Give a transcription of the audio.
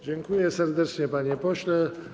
Dziękuję serdecznie, panie pośle.